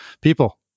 people